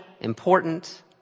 important